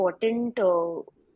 important